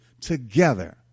together